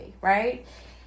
right